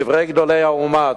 קברי גדולי האומה,